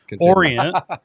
Orient